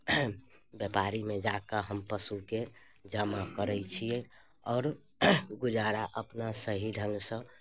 व्यापारीमे जा कऽ हम पशुकेँ जमा करैत छियै आओर गुजारा अपना सही ढङ्गसँ